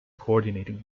coordinating